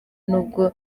n’ubwo